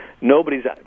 nobody's